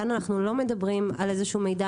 כאן אנחנו לא מדברים על איזשהו מידע